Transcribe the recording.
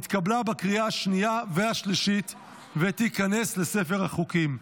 התקבלה בקריאה השנייה והשלישית ותיכנס לספר החוקים.